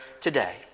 today